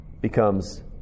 becomes